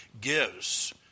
gives